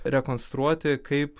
rekonstruoti kaip